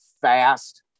fast